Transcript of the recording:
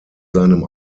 seinem